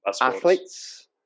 Athletes